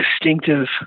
distinctive